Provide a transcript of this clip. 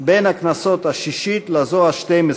בין הכנסת השישית לזו השתים-עשרה.